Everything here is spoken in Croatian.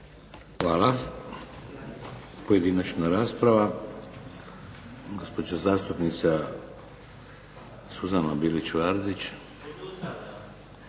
Hvala. Pojedinačna rasprava. Gospođa zastupnica Suzana Bilić Vardić.